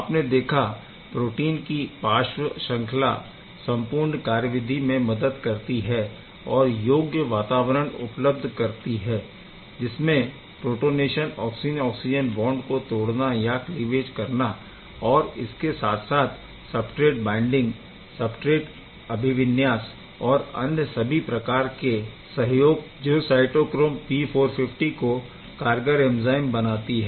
आपने देखा प्रोटीन की पार्श्व श्रंखला संपूर्ण कार्यविधि में मदद करती है और योग्य वातावरण उपलब्ध करती है जिसमें प्रोटोनेशन ऑक्सिजन ऑक्सिजन बॉन्ड को तोड़ने या क्लिवेज करना और इसके साथ साथ सबस्ट्रेट बाइन्डिंग सबस्ट्रेट अभिविन्यास और अन्य सभी प्रकार के सहयोग जो साइटोक्रोम P450 को कारगर एंज़ाइम बनाती है